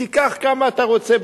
תיקח כמה שאתה רוצה,